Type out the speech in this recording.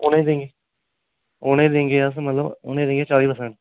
उनें ई देई उ'नें ई देगे अस मतलब उ'नें ई देगे चाली परसैंट